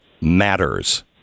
matters